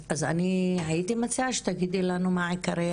אני הייתי מציעה שתגידי לנו מה עיקרי